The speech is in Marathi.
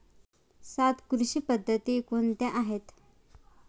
सात कृषी पद्धती कोणत्या आहेत?